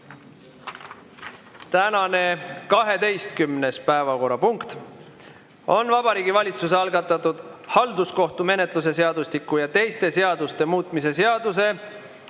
Tänane 12. päevakorrapunkt on Vabariigi Valitsuse algatatud halduskohtumenetluse seadustiku ja teiste seaduste muutmise seaduse